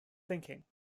thinking